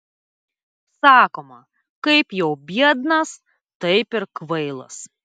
sakoma kaip jau biednas taip ir kvailas